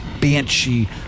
banshee